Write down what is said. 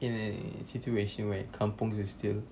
in a situation where kampung is still